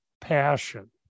passion